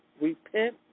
Repent